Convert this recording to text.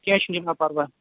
کیٚنہہ چِھُنہٕ پرواہ